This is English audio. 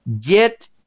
get